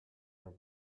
your